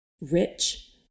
rich